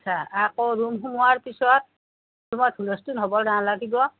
আচ্ছা আকৌ ৰূম সোমোৱাৰ পিছত ৰূমত হুলস্থূল হ'ব নালাগিব